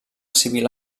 civil